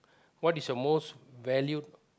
what is your most valued